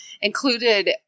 included